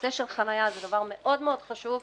נושא החניה הוא דבר חשוב מאוד.